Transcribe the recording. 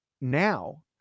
now